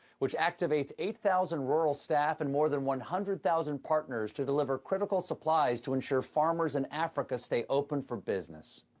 which activates eight thousand rural staff and more than one hundred thousand partners to deliver critical supplies to ensure farmers in africa stay open for business.